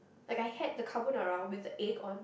like I had the carbonara with egg on